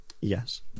yes